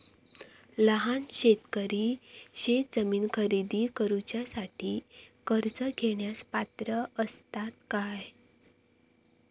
लहान शेतकरी शेतजमीन खरेदी करुच्यासाठी कर्ज घेण्यास पात्र असात काय?